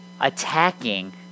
attacking